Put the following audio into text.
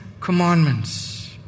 commandments